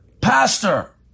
Pastor